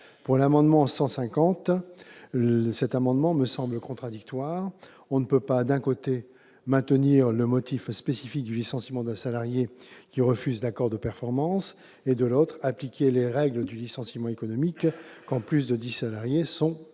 de l'amendement n° 150 me semble contradictoire : on ne peut pas, d'un côté, maintenir le motif spécifique du licenciement d'un salarié qui refuse d'appliquer l'accord de performance, et, de l'autre, appliquer les règles du licenciement économique quand plus de dix salariés sont licenciés.